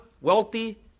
wealthy